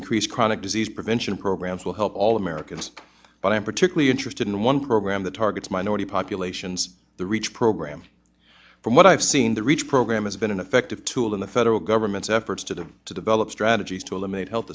increase chronic disease prevention programs will help all americans but i am particularly interested in one program that targets minority populations the reach program from what i've seen the reach program has been an effective tool in the federal government's efforts to the to develop strategies to eliminate health